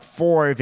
four